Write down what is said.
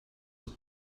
look